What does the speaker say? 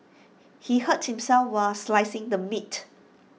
he hurt himself while slicing the meat